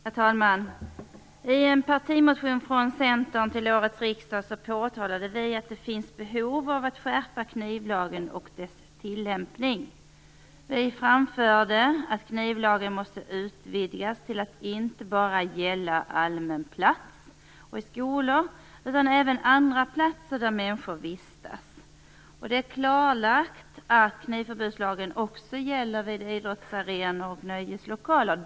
Herr talman! I en partimotion från Centern till årets riksdag påtalade vi att det finns behov av att skärpa knivlagen och dess tillämpning. Vi framförde att knivlagen måste utvidgas till att inte bara gälla på allmän plats och i skolor utan även andra platser där människor vistas. Det är klarlagt att knivförbudslagen också gäller vid idrottsarenor och i nöjeslokaler.